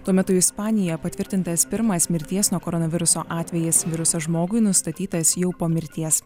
tuo metu ispanija patvirtintas pirmas mirties nuo koronaviruso atvejis virusas žmogui nustatytas jau po mirties